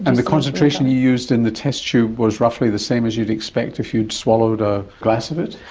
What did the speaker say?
and the concentration you used in the test tube was roughly the same as you'd expect if you'd swallowed a glass of it?